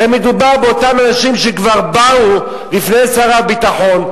הרי מדובר באותם אנשים שכבר באו לפני שר הביטחון.